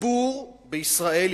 הציבור בישראל,